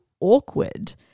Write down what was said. awkward